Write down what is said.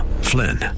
Flynn